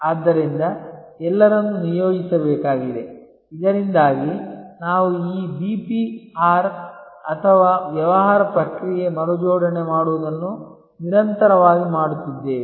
ಆದ್ದರಿಂದ ಎಲ್ಲರನ್ನು ನಿಯೋಜಿಸಬೇಕಾಗಿದೆ ಇದರಿಂದಾಗಿ ನಾವು ಈ BPR ಅಥವಾ ವ್ಯವಹಾರ ಪ್ರಕ್ರಿಯೆ ಮರುಜೋಡಣೆ ಮಾಡುವುದನ್ನು ನಿರಂತರವಾಗಿ ಮಾಡುತ್ತಿದ್ದೇವೆ